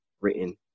written